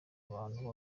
abantu